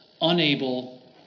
Unable